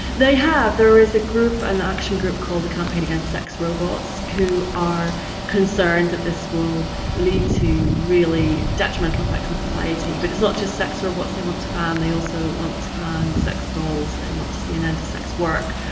they have. there is ah an action group called the campaign against sex robots who are concerned that this will lead to really detrimental effects on society. but it's not just sex robots they want to ban, they also want to ban sex dolls, they want to see an end to sex work,